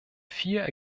vier